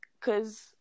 Cause